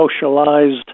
socialized